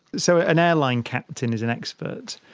so an airline captain is an expert.